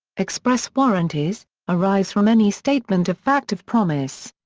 express warranties arise from any statement of fact of promise.